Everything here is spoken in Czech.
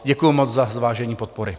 Děkuji moc za zvážení podpory.